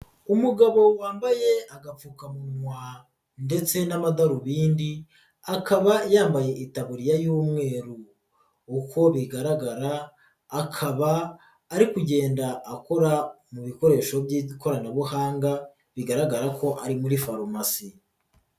Umugabo wambaye agapfukamunwa ndetse n'amadarubindi, akaba yambaye itaburiya y'umweru. Uko bigaragara akaba ari kugenda akora mu bikoresho by'ikoranabuhanga, bigaragara ko ari muri farumasi.